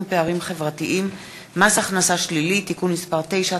פערים חברתיים (מס הכנסה שלילי) (תיקון מס' 9),